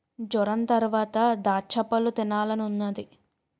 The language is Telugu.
జొరంతరవాత దాచ్చపళ్ళు తినాలనున్నాది